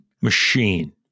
Machine